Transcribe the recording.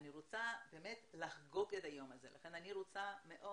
אני רוצה לחגוג את היום הזה ולכן אני רוצה מאוד